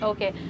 Okay